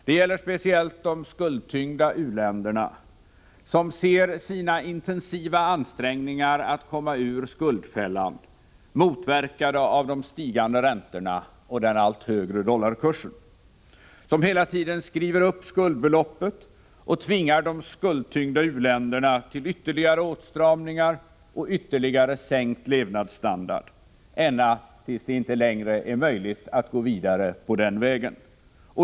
Det gäller speciellt de skuldtyngda u-länderna som ser sina intensiva ansträngningar att komma ur skuldfällan motverkade av de stigande räntorna och den allt högre dollarkursen, som hela tiden skriver upp skuldbeloppet och tvingar de skuldtyngda u-länderna till ytterligare åtstramningar och ytterligare sänkt levnadsstandard — ända tills det inte längre är möjligt att gå vidare på den vägen.